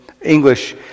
English